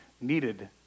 needed